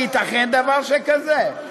הייתכן דבר שכזה?